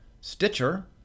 Stitcher